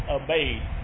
obeyed